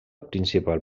principal